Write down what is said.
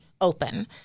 open